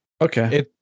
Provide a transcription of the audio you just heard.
Okay